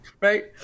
Right